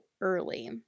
early